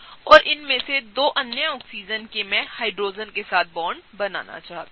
और इनमें से 2 अन्य ऑक्सीजन के मैं हाइड्रोजन के साथ बॉन्ड बनाना चाहता हूं